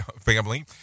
family